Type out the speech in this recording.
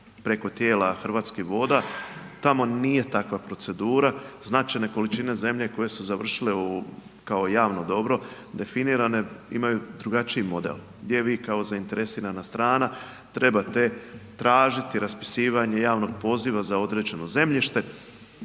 preko tijela Hrvatskih voda, tamo nije takva procedura, značajne količine zemlje koje su završile u, kao javno dobro definirano je, imaju drugačiji model gdje vi kao zainteresirana strana trebate tražiti raspisivanje javnog poziva za određeno zemljište